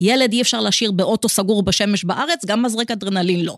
ילד אי אפשר להשאיר באוטו סגור בשמש בארץ, גם מזרק אדרנלין לא.